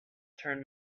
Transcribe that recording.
turn